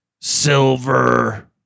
silver